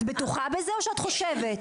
את בטוחה בזה או שאת חושבת?